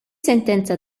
sentenza